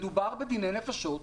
מדובר בדיני נפשות.